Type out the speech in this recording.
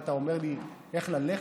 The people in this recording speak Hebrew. מה, אתה אומר לי איך ללכת?